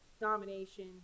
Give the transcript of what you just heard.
domination